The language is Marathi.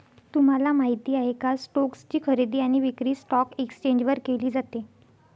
तुम्हाला माहिती आहे का? स्टोक्स ची खरेदी आणि विक्री स्टॉक एक्सचेंज वर केली जाते